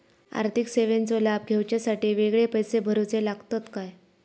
आर्थिक सेवेंचो लाभ घेवच्यासाठी वेगळे पैसे भरुचे लागतत काय?